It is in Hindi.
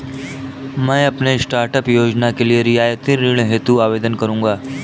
मैं अपने स्टार्टअप योजना के लिए रियायती ऋण हेतु आवेदन करूंगा